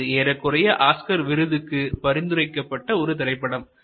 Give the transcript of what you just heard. அது ஏறக்குறைய ஆஸ்கர் விருதுகளுக்கு பரிந்துரைக்கப்பட்ட ஒரு திரைப்படம்